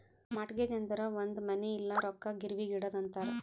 mortgage ಅಂದುರ್ ಒಂದ್ ಮನಿ ಇಲ್ಲ ರೊಕ್ಕಾ ಗಿರ್ವಿಗ್ ಇಡದು ಅಂತಾರ್